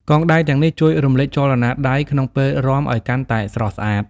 កងដៃទាំងនេះជួយរំលេចចលនាដៃក្នុងពេលរាំឱ្យកាន់តែស្រស់ស្អាត។